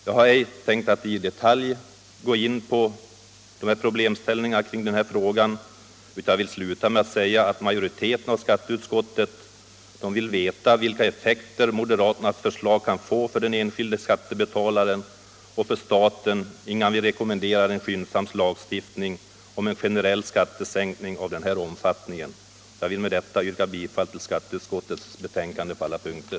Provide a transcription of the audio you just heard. Jag har ej tänkt att i detalj gå in på problemställningar kring denna fråga, utan jag vill sluta med att säga att majoriteten av skatteutskottet vill veta vilka effekter moderaternas förslag kan få för den enskilde skattebetalaren och för staten innan vi rekommenderar en skyndsam lagstiftning om en generell skattesänkning av den här omfattningen. Med detta vill jag yrka bifall till skatteutskottets betänkande på alla punkter.